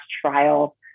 trial